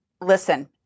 Listen